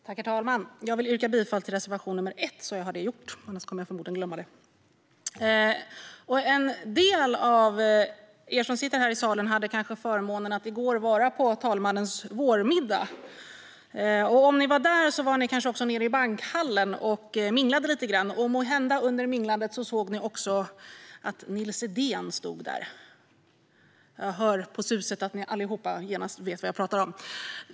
Herr talman! Jag vill yrka bifall till reservation nr 1 så att jag har det gjort, annars kommer jag förmodligen att glömma det. En del av er här i salen hade kanske förmånen att vara på talmannens vårmiddag i går. Om ni var där var ni kanske också nere i Bankhallen och minglade lite grann. Måhända såg ni under minglandet att en bild av Nils Edén stod där. Jag hör på suset att ni allihop genast vet vad jag pratar om.